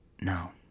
No